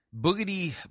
Boogity